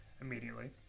immediately